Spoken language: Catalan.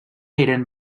eren